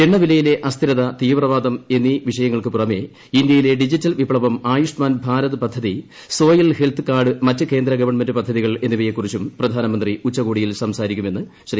എണ്ണ വിലയിലെ അസ്ഥിരത തീവ്രവാദം എന്നീ വിഷയങ്ങൾക്ക് പുറമെ ഇന്ത്യയിലെ ഡിജിറ്റൽ വിപ്തവം ആയുഷ്മാൻ ഭാരത് പദ്ധതി സോയിൽ ഹെൽത്ത് കാർഡ് മറ്റ് കേന്ദ്ര ഗവൺമെന്റ് പദ്ധതികൾ എന്നിവയെക്കുറിച്ചും പ്രധാനമന്ത്രി ഉച്ചുകോടിയിൽ സംസാരിക്കുമെന്ന് ശ്രീ